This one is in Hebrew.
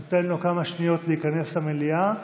ניתן לו כמה שניות להיכנס למליאה.